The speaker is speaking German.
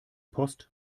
post